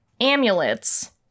amulets